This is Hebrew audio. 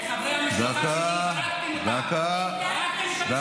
חברי המשפחה שלי, הרגתם אותם.